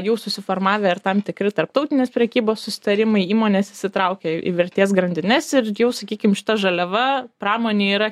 jau susiformavę ir tam tikri tarptautinės prekybos susitarimai įmonės įsitraukė į vertės grandines ir jau sakykim šita žaliava pramonė yra